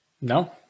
No